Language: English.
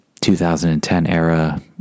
2010-era